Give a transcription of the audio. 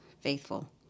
faithful